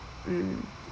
mm